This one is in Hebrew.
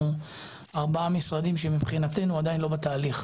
4 משרדים שמבחינתנו עדיין לא בתהליך.